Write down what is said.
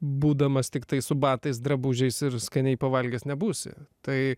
būdamas tiktai su batais drabužiais ir skaniai pavalgęs nebūsi tai